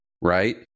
right